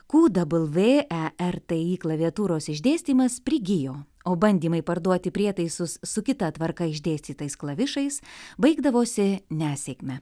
ku dabl vė e r t i klaviatūros išdėstymas prigijo o bandymai parduoti prietaisus su kita tvarka išdėstytais klavišais baigdavosi nesėkme